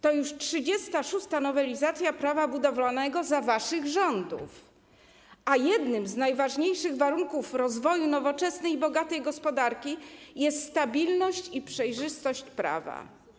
To już 36. nowelizacja Prawa budowlanego za waszych rządów, a jednym z najważniejszych warunków rozwoju nowoczesnej i bogatej gospodarki jest stabilność i przejrzystość prawa.